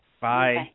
Bye